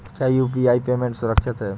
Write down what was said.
क्या UPI payment सुरक्षित है?